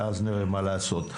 ואז נראה מה לעשות.